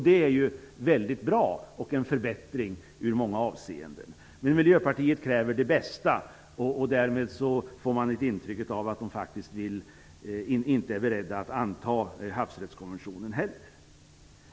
Det är mycket bra och en förbättring i många avseenden. Men Miljöpartiet kräver det bästa, och därmed får man ett intryck av att de faktiskt inte är beredda att anta havsrättskonventionen heller.